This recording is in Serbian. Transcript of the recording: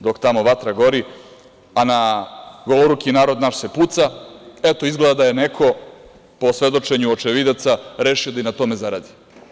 Dok tamo vatra gori, a na goloruki narod naš se puca, eto izgleda da je neko, po svedočenju očevidaca, rešio da i na tome zaradi.